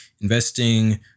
investing